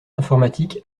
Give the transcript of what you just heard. informatique